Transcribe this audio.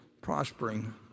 prospering